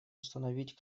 установить